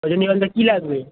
রজনীগন্ধা কী লাগবে